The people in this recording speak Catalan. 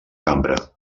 cambra